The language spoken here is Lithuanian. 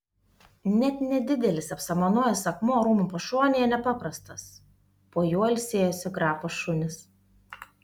net nedidelis apsamanojęs akmuo rūmų pašonėje nepaprastas po juo ilsėjosi grafo šunys